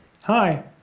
Hi